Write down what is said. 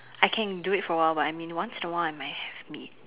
I can do it for a while but I mean once in a while I might have meat